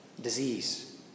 disease